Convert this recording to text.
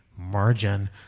margin